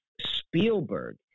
Spielberg